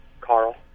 Carl